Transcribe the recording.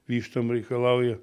vištom reikalauja